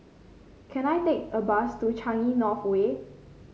can I take a bus to Changi North Way